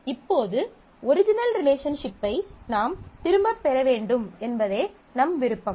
இப்போது ஒரிஜினல் ரிலேஷன்ஷிப்பை நாம் திரும்பப் பெற வேண்டும் என்பதே நம் விருப்பம்